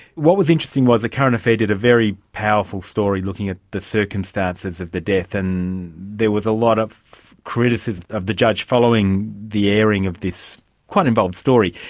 what was interesting was a current affair did a very powerful story looking at the circumstances of the death, and there was a lot of criticism of the judge following the airing of this quite involved story.